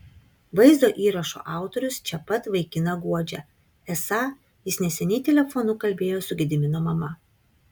vaizdo įrašo autorius čia pat vaikiną guodžia esą jis neseniai telefonu kalbėjo su gedimino mama